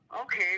Okay